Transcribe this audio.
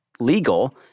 legal